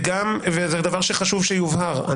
זה דבר שחשוב שיובהר,